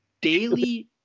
daily